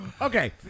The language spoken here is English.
Okay